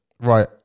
Right